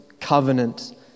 covenant